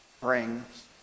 Brings